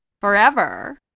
Forever